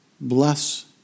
Bless